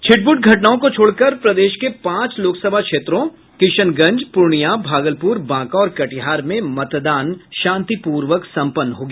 छिटपुट घटनाओं को छोड़कर प्रदेश के पांच लोकसभा क्षेत्रों किशनगंज पूर्णिया भागलपुर बांका और कटिहार में मतदान शांतिपूर्वक सम्पन्न हो गया